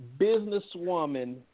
businesswoman